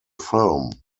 film